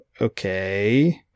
okay